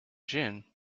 gin